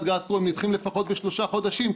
גסטרו הם נדחים לפחות בשלושה חודשים,